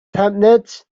tablet